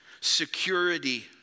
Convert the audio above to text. security